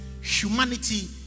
humanity